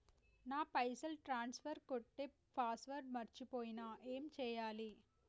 నా పైసల్ ట్రాన్స్ఫర్ కొట్టే పాస్వర్డ్ మర్చిపోయిన ఏం చేయాలి?